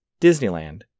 Disneyland